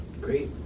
Great